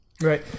Right